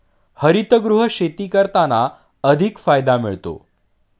हरितगृह शेती करताना अधिक फायदा मिळतो